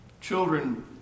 Children